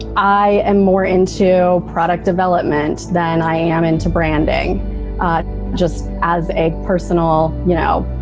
i am more into product development than i am into branding just as a personal, you know,